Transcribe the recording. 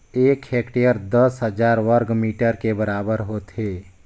एक हेक्टेयर दस हजार वर्ग मीटर के बराबर होथे